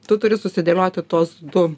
tu turi susidėlioti tuos du